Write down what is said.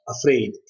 afraid